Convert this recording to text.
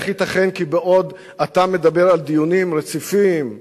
איך ייתכן כי בעוד אתה מדבר על דיונים רציפים ורציניים,